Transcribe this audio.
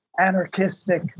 anarchistic